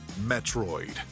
Metroid